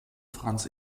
franz